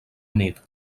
unit